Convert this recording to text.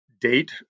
date